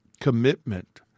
commitment